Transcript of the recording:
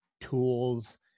tools